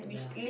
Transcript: yeah